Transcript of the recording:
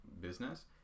business